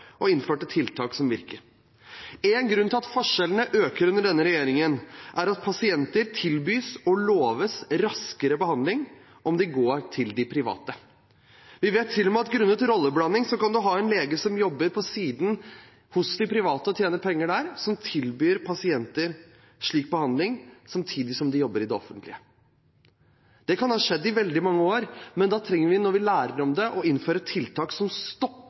og innførte tiltak som virker. En grunn til at forskjellene øker under denne regjeringen, er at pasienter tilbys og loves raskere behandling om de går til det private. Vi vet til og med at grunnet rolleblanding kan man ha en lege som jobber ved siden av hos private og tjener penger der, som tilbyr pasienter slik behandling samtidig som de jobber i det offentlige. Det kan ha skjedd i veldig mange år, men da trenger vi, når vi lærer om det, å innføre tiltak som